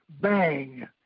bang